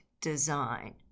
design